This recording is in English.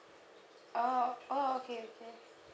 oh oh okay okay